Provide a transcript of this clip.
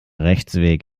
rechtsweg